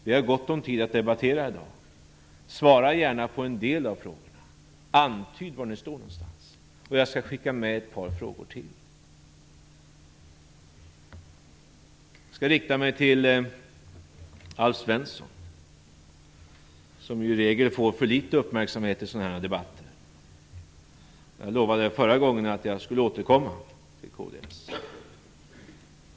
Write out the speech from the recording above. Vi har gott om tid att debattera i dag. Svara gärna på en del av frågorna! Antyd var ni står! Jag skall skicka med ett par frågor till. Jag riktar mig till Alf Svensson, som i regel får för litet uppmärksamhet i sådana här debatter. Jag lovade förra gången att återkomma till kds.